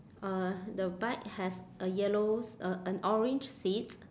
uh the bike has a yellow s~ uh an orange seat